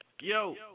yo